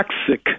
toxic